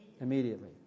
Immediately